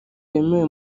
wemewe